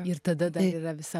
ir tada yra visa